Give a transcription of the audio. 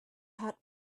heart